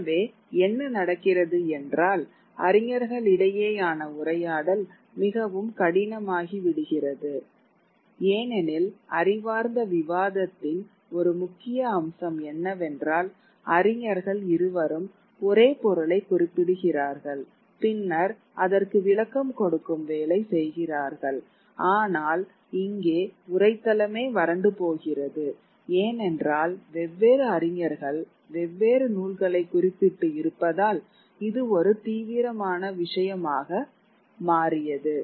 எனவே என்ன நடக்கிறது என்றால் அறிஞர்களிடையேயான உரையாடல் மிகவும் கடினமாகிவிடுகிறது ஏனெனில் அறிவார்ந்த விவாதத்தின் ஒரு முக்கிய அம்சம் என்னவென்றால் அறிஞர்கள் இருவரும் ஒரே பொருளைக் குறிப்பிடுகிறார்கள் பின்னர் அதற்கு விளக்கம் கொடுக்கும் வேலை செய்கிறார்கள் ஆனால் இங்கே உரைத் தளமே வறண்டு போகிறது ஏனென்றால் வெவ்வேறு அறிஞர்கள் வெவ்வேறு நூல்களைக் குறிப்பிட்டு இருப்பதால் இது ஒரு தீவிரமான விஷயமாக மாறியது